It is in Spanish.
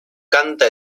canta